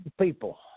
people